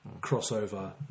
crossover